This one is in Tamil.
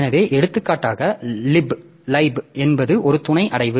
எனவே எடுத்துக்காட்டாக lib என்பது ஒரு துணை அடைவு